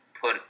put